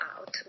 out